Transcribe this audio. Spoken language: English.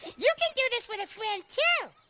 you can do this with a friend too.